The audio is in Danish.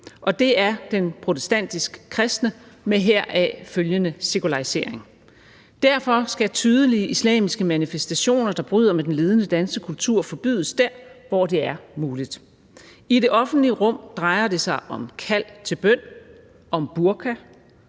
og det er den protestantisk kristne med heraf følgende sekularisering. Derfor skal tydelige islamiske manifestationer, der bryder med den ledende danske kultur, forbydes dér, hvor det er muligt. I det offentlige rum drejer det sig om kald til bøn, om burka,